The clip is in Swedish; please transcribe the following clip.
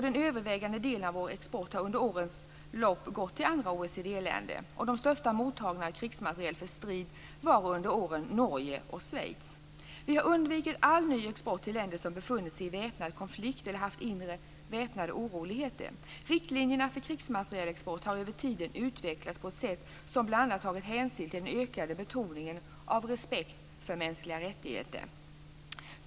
Den övervägande delen av vår export har under årens lopp gått till andra OECD-länder. De största mottagarna av krigsmateriel för strid var under åren Norge och Schweiz. Vi har undvikit all ny export till länder som befunnit sig i väpnade konflikter eller haft inre väpnade oroligheter. Riktlinjerna för krigsmaterielexporten har över tiden utvecklats på ett sätt som bl.a. tagit hänsyn till den ökade betoningen av respekt för mänskliga rättigheter.